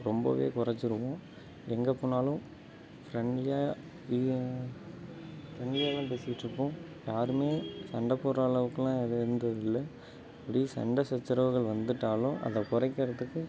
ரொம்பவே குறச்சிருவோம் எங்க போனாலும் ஃப்ரெண்ட்லியாக இ ஃப்ரெண்ட்லியாக தான் பேசிகிட்ருப்போம் யாருமே சண்டை போடுகிற அளவுக்குலாம் ஏதும் இருந்தது இல்லை அப்படி சண்டை சச்சரவுகள் வந்துட்டாலும் அதை குறக்கிறதுக்கு